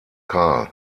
kahl